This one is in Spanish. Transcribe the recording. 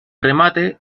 remate